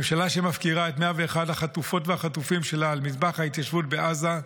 ממשלה שמפקירה את 101 החטופות והחטופים שלה על מזבח ההתיישבות בעזה,